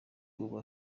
ubu